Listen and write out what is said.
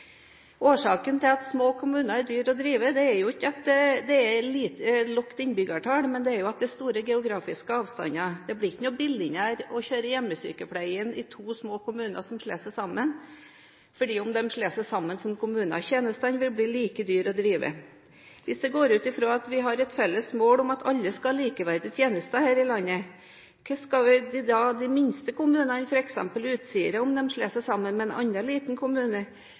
Årsaken til at små kommuner er dyrere å drive, er ikke at det er et lavt innbyggertall, men at det er store geografiske avstander. Det blir ikke billigere å drive hjemmesykepleien i to små kommuner om de slår seg sammen til én kommune. Tjenestene vil bli like dyre å drive. Hvis vi går ut fra at vi har et felles mål om at vi alle skal ha likeverdige tjenester her i landet, hvordan skal da de minste kommunene, f.eks. Utsira, om de slår seg sammen med en annen liten kommune,